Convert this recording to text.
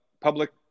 public